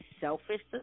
selfish